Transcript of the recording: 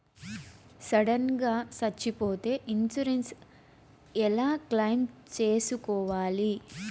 Sudden గా సచ్చిపోతే insurance ఎలా క్లెయిమ్ సేసుకోవాలి?